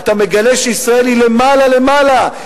"אתה מגלה שישראל היא למעלה למעלה,